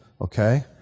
okay